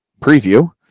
preview